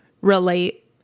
relate